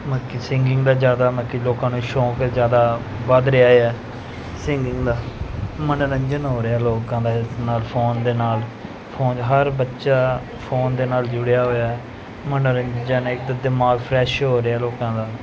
ਮਤਲਬ ਕਿ ਸਿੰਗਿੰਗ ਦਾ ਜ਼ਿਆਦਾ ਮਤਲਬ ਕਿ ਲੋਕਾਂ ਨੂੰ ਸ਼ੌਕ ਹੈ ਜ਼ਿਆਦਾ ਵਧ ਰਿਹਾ ਆ ਸਿੰਗਿੰਗ ਦਾ ਮਨੋਰੰਜਨ ਹੋ ਰਿਹਾ ਲੋਕਾਂ ਦਾ ਇਸ ਨਾਲ ਫੋਨ ਦੇ ਨਾਲ ਫੋਨ ਹਰ ਬੱਚਾ ਫੋਨ ਦੇ ਨਾਲ ਜੁੜਿਆ ਹੋਇਆ ਮਨੋਰੰਜਨ ਹੈ ਇੱਕ ਤਾਂ ਦਿਮਾਗ ਫਰੈਸ਼ ਹੋ ਰਿਹਾ ਲੋਕਾਂ ਦਾ